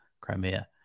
Crimea